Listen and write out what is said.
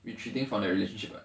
retreating from their relationship [what]